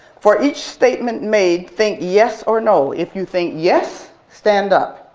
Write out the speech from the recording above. for each statement made, think yes or no. if you think yes, stand up.